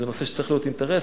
זה נושא שצריך להיות אינטרס.